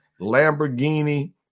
Lamborghini